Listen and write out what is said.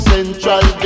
Central